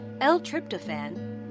L-tryptophan